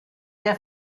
der